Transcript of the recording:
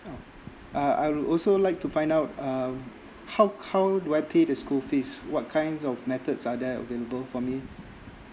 uh I would also like to find out um how how do I pay the school fees what kinds of methods are there available for me